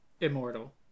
immortal